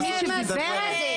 קראתי לה גברת.